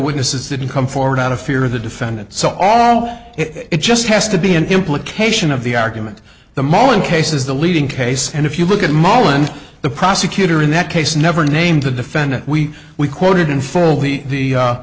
witnesses didn't come forward out of fear of the defendant so all it just has to be an implication of the argument the mauling case is the leading case and if you look at moland the prosecutor in that case never named the defendant we we quoted in full the the